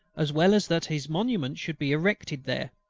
as well as that his monument should be erected there.